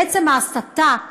בעצם ההסתה,